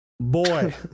Boy